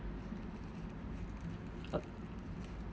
uh